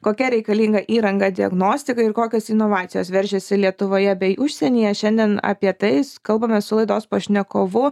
kokia reikalinga įranga diagnostikai ir kokios inovacijos veržiasi lietuvoje bei užsienyje šiandien apie tai kalbamės su laidos pašnekovu